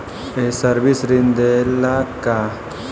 ये सर्विस ऋण देला का?